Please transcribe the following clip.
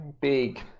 Big